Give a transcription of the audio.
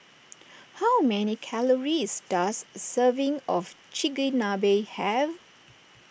how many calories does a serving of Chigenabe have